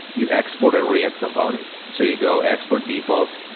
you export a react component. so you go expert default,